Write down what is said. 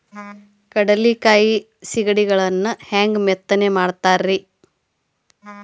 ಕಡಲೆಕಾಯಿ ಸಿಗಡಿಗಳನ್ನು ಹ್ಯಾಂಗ ಮೆತ್ತನೆ ಮಾಡ್ತಾರ ರೇ?